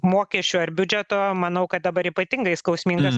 mokesčių ar biudžeto manau kad dabar ypatingai skausmingas